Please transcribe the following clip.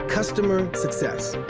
customer success.